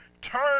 Turn